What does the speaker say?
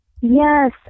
Yes